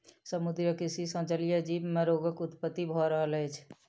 समुद्रीय कृषि सॅ जलीय जीव मे रोगक उत्पत्ति भ रहल अछि